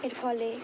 এর ফলে